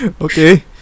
okay